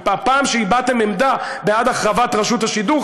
כי בפעם שהבעתם עמדה בעד החרבת רשות השידור,